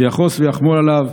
ויחוס ויחמול עליו.